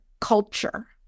culture